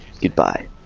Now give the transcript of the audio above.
goodbye